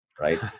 right